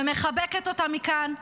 ומחבקת אותה מכאן.